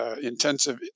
intensive